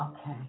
okay